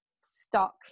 stuck